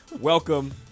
Welcome